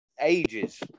ages